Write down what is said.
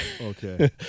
Okay